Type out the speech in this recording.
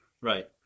Right